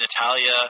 Natalia